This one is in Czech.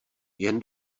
jen